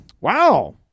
wow